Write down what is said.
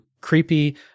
creepy